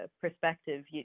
perspective